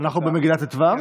אנחנו במגילה ט"ו?